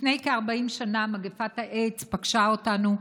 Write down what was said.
לפני כ-40 שנה מגפת האיידס פגשה אותנו,